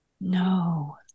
No